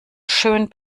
schön